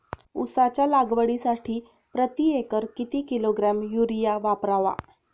उसाच्या लागवडीसाठी प्रति एकर किती किलोग्रॅम युरिया वापरावा?